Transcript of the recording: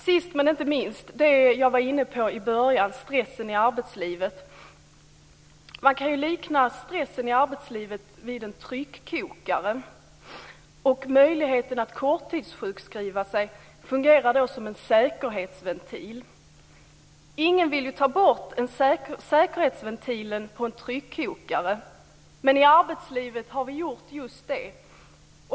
Sist men inte minst vill jag säga något om det jag var inne på i början, nämligen stressen i arbetslivet. Man kan likna stressen i arbetslivet vid en tryckkokare. Möjligheten att korttidssjukskriva sig fungerar då som en säkerhetsventil. Ingen vill ju ta bort säkerhetsventilen på en tryckkokare, men i arbetslivet har vi gjort just det.